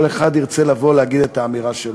כל אחד ירצה לבוא ולהגיד את האמירה שלו.